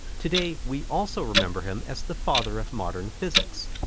today we also remember him as the father of modern physics.